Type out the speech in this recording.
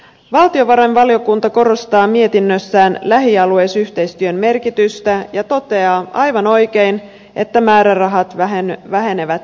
valtiovarainvaliokunta korostaa mietinnössään lähialueyhteistyön merkitystä ja toteaa aivan oikein että määrärahat vähenevät jyrkästi